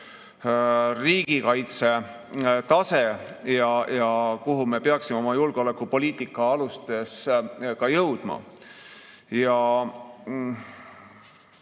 riigikaitse tase ja kuhu me peaksime oma julgeolekupoliitika alustes ka jõudma. Jaa,